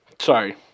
Sorry